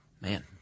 Man